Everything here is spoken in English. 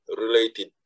related